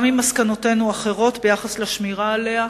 גם אם מסקנותינו אחרות ביחס לשמירה עליה,